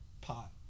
pot